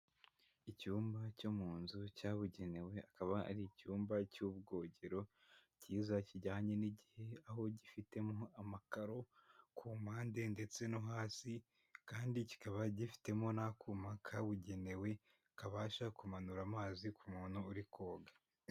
Icyumba cyo mu nzu cyabugenewe akaba ari icyumba cy'ubwogero kiza kijyanye n'igihe, aho gifitemo amakaro ku mpande ndetse no hasi kandi kikaba gifitemo n'akuma kabugenewe kabasha kumanura amazi ku muntu uri koga.